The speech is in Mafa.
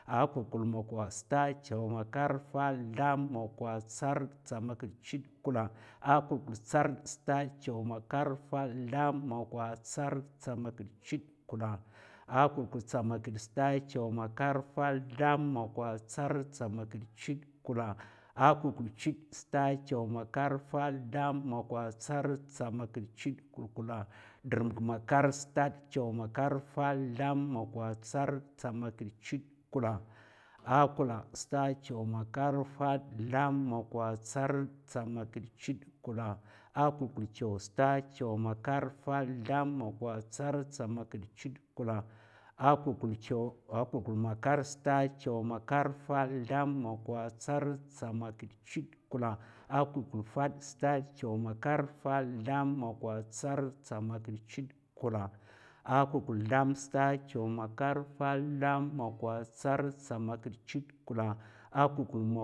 A kulkul mokwa. stad, chaw, makar, fad, zlam, mokwa, tsarrd, tsamakid, chudè, kulla. A kulkul tsarrd. stad, chaw, makar, fad, zlam, mokwa, tsarrd, tsamakid, chudè, kulla. A kulkul tsamakid. stad, chaw, makar, fad, zlam, mokwa, tsarrd, tsamakid, chudè, kulla. A kulkul chudè. stad, chaw, makar, fad, zlam, mokwa, tsarrd, tsamakid, chudè, kulla. kulkula. dr'mak makar. stad, chaw, makar, fad, zlam, mokwa, tsarrd, tsamakid, chudè, kulla. A kula. stad, chaw, makar, fad, zlam, mokwa, tsarrd, tsamakid, chudè, kulla. A kulkul chaè. stad, chaw, makar, fad, zlam, mokwa, tsarrd, tsamakid, chudè, kulla. A kulkul makar. stad, chaw, makar, fad, zlam, mokwa, tsarrd, tsamakid, chudè, kulla. a kulkul fad. stad, chaw, makar, fad, zlam, mokwa, tsarrd, tsamakid, chudè, kulla. a kulkul zlam. stad, chaw, makar, fad, zlam, mokwa, tsarrd, tsamakid, chudè, kulla. a kulkul mokwa.